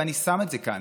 ואני שם את זה כאן,